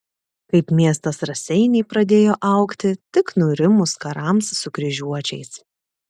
kaip miestas raseiniai pradėjo augti tik nurimus karams su kryžiuočiais